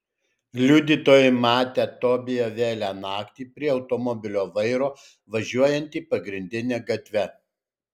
liudytojai matę tobiją vėlią naktį prie automobilio vairo važiuojantį pagrindine gatve